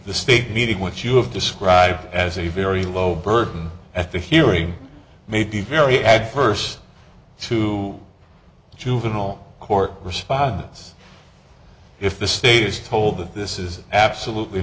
the state media which you have described as a very low burden at the hearing may be very adverse to the juvenile court responds if the state is told that this is absolutely